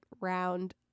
round